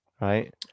Right